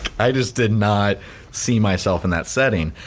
i just did not see myself in that setting.